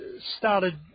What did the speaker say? started